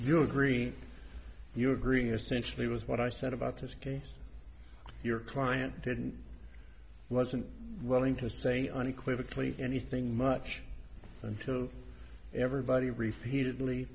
you you agree you agree essential it was what i said about this case your client didn't wasn't willing to say unequivocally anything much until everybody repeated l